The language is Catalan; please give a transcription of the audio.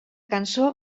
cançó